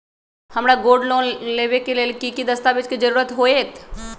हमरा gold loan लेबे के लेल कि कि दस्ताबेज के जरूरत होयेत?